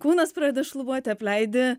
kūnas pradeda šlubuoti apleidi